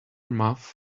muff